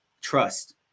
trust